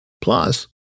Plus